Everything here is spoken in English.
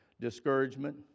Discouragement